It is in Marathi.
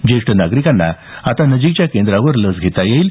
ज्येष्ठ नागरिकांना आता नजिकच्या केंद्रावर आता लस घेता येईल